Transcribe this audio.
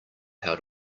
how